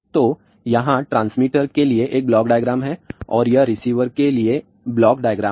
तो यहाँ ट्रांसमीटर के लिए एक ब्लॉक डायग्राम है और यह रिसीवर के लिए ब्लॉक डायग्राम है